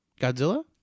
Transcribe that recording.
Godzilla